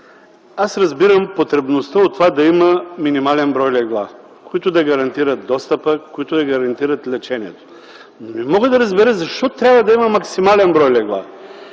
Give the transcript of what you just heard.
Аз разбирам потребността от това да има минимален брой легла, които да гарантират достъпа, които да гарантират лечението, но не мога да разбера защо трябва да има максимален брой легла.